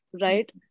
right